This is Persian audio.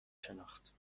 شناخت